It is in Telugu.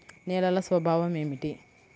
నేలల స్వభావం ఏమిటీ?